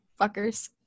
fuckers